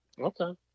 Okay